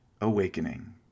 awakening